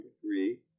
three